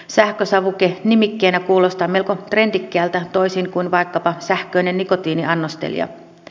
sähkösavuke nimikkeenä kuulostaa melko trendikkäältä toisin kuin vaikkapa sähköinen nikotiiniannostelija